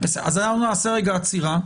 אז נעשה רגע עצירה.